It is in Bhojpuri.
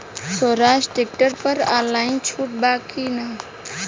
सोहराज ट्रैक्टर पर ऑनलाइन छूट बा का?